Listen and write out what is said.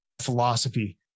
philosophy